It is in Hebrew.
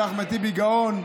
שאחמד טיבי גאון,